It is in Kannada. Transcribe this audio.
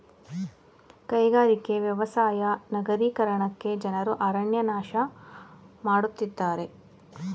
ಕೈಗಾರಿಕೆ, ವ್ಯವಸಾಯ ನಗರೀಕರಣಕ್ಕೆ ಜನರು ಅರಣ್ಯ ನಾಶ ಮಾಡತ್ತಿದ್ದಾರೆ